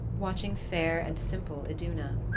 watching fair and simple iduna.